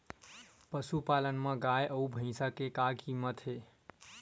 पशुपालन मा गाय अउ भंइसा के का कीमत हे?